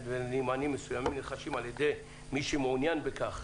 ולנמנעים מסוימים נרכשים על-ידי מי שמעוניין בכך